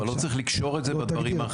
אבל לא צריך לקשור את זה בדברים האחרים.